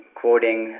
quoting